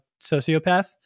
sociopath